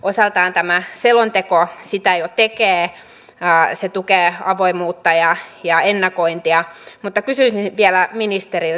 osaltaan tämä selonteko sitä jo tekee se tukee avoimuutta ja ennakointia mutta kysyisin vielä ministeriltä